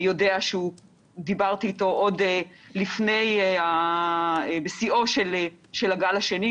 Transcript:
יודע שדיברתי איתו עוד בשיאו של הגל השני,